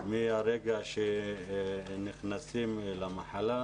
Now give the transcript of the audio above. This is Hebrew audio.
מהרגע שנכנסים למחלה,